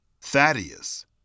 Thaddeus